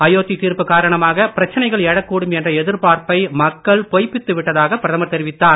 அயோத்தி தீர்ப்பு காரணமாக பிரச்சனைகள் எழக்கூடும் என்ற எதிர்பார்ப்பை மக்கள் பொய்ப்பித்து விட்டதாக பிரதமர் தெரிவித்தார்